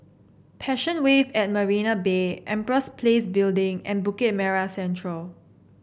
Passion Wave at Marina Bay Empress Place Building and Bukit Merah Central